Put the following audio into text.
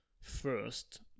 first